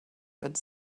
but